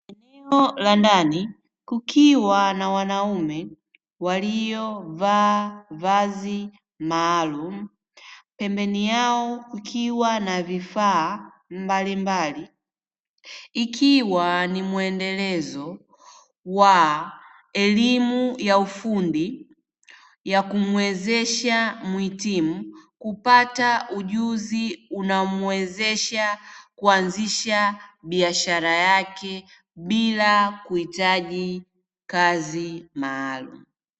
Eneo la ndani kukiwa na wanaume waliovaa vazi maalumu pembeni yao kukiwa na vifaa mbalimbali, ikiwa ni mwendelezo wa elimu ya ufundi ya kumwezesha mhitimu kupata ujuzi unaomwezesha kuanzisha biashara yake bila kuhitaji kazi maalumu.